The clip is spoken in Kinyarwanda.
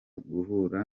guhura